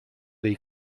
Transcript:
dei